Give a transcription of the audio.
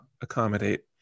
accommodate